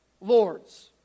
lords